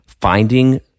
finding